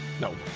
No